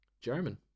German